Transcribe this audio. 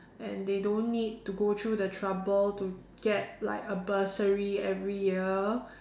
and they don't need to go through the trouble to get like a bursary every year